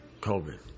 COVID